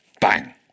Bang